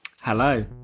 Hello